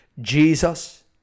Jesus